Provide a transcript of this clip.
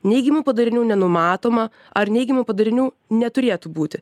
neigiamų padarinių nenumatoma ar neigiamų padarinių neturėtų būti